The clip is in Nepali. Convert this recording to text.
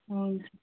हुन्छ